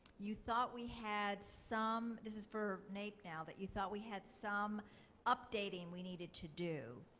you thought we had some this is for naep now that you thought we had some updating we needed to do.